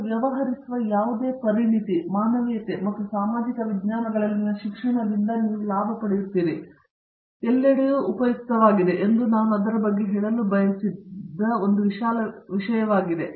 ನೀವು ವ್ಯವಹರಿಸುವ ಯಾವುದೇ ಪರಿಣತಿ ಮಾನವೀಯತೆ ಮತ್ತು ಸಾಮಾಜಿಕ ವಿಜ್ಞಾನಗಳಲ್ಲಿನ ಶಿಕ್ಷಣದಿಂದ ನೀವು ಲಾಭ ಪಡೆಯುತ್ತೀರಿ ಎಲ್ಲೆಡೆಯೂ ಉಪಯುಕ್ತವಾಗಿದೆ ಎಂದು ನಾನು ಅದರ ಬಗ್ಗೆ ಹೇಳಲು ಬಯಸಿದ ಒಂದು ವಿಶಾಲ ವಿಷಯವಾಗಿದೆ